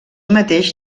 mateix